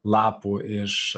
lapų iš